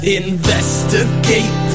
investigate